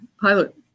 pilot